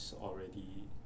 already